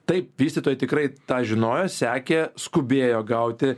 taip vystytojai tikrai tą žinojo sekė skubėjo gauti